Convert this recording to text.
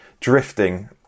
drifting